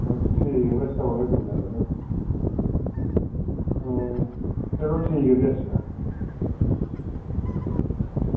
ठीक ऐ में सनाई ओड़गा इक दो दिन तुसेंगी चलो ठीक ऐ भी अच्छा